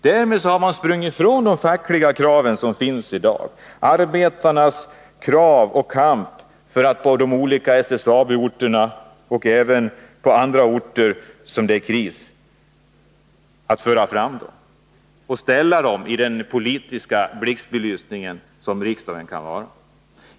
Därmed har man sprungit ifrån de fackliga krav som finns i dag och låter bli att föra fram arbetarnas krav i kampen för de olika SSAB-orterna — och även andra orter där det är kris — och ställa dem i den politiska blixtbelysning som en behandling i riksdagen kan innebära.